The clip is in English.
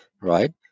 right